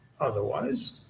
otherwise